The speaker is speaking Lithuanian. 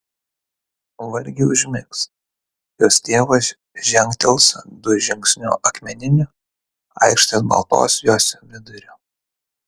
vargiai užmigs jos tėvas žengtels du žingsniu akmeniniu aikštės baltos jos viduriu